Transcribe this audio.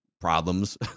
problems